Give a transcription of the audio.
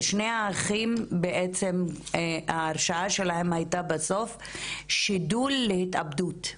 שני האחים ההרשעה שלהם היתה בסוף שידול להתאבדות.